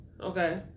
Okay